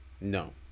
No